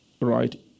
right